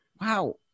Wow